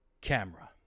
camera